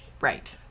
right